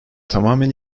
tamamen